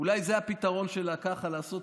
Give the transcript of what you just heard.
אולי זה הפתרון שלה ככה לעשות,